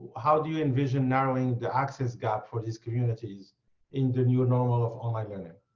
how do you envision narrowing the access gap for these communities in the new normal of online learning? it